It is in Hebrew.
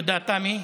תודה, תמי.